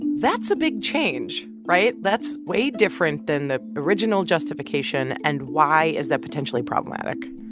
that's a big change, right? that's way different than the original justification. and why is that potentially problematic?